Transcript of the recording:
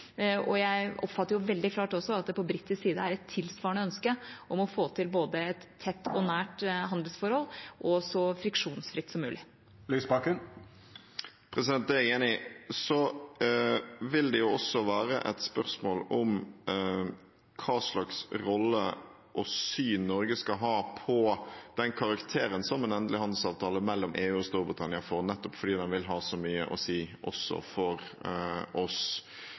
Jeg oppfatter også veldig klart at det på britisk side er et tilsvarende ønske om å få til et tett og nært handelsforhold, og så friksjonsfritt som mulig. Det er jeg enig i. Så vil det også være et spørsmål om hvilken rolle og syn Norge skal ha på den karakteren som en endelig handelsavtale mellom EU og Storbritannia får, nettopp fordi den vil ha så mye å si også for oss.